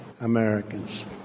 Americans